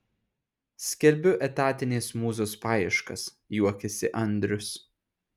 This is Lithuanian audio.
skelbiu etatinės mūzos paieškas juokiasi andrius